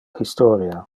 historia